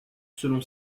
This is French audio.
selon